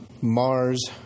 Mars